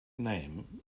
name